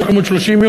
יש לכם עוד 30 יום?